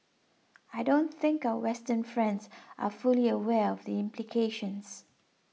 I don't think our Western friends are fully aware of the implications